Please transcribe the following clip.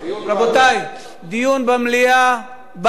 רבותי, בעד דיון במליאה או